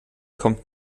kommt